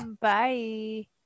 Bye